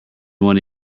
one